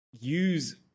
use